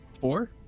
Four